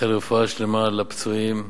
לאחל רפואה שלמה לפצועים.